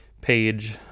page